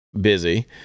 busy